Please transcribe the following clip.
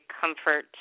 Comfort